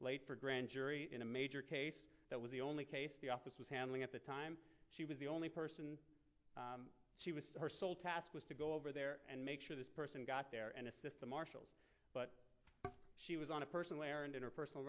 late for a grand jury in a major case that was the only case the office was handling at the time she was the only person mr sole task was to go over there and make sure this person got there and assist the marshals but she was on a personal errand in her personal